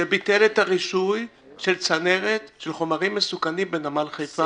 שביטל את הרישוי של צנרת של חומרים מסוכנים בנמל חיפה,